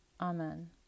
Amen